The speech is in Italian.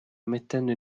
mettendo